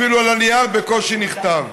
אפילו על הנייר בקושי נכתב.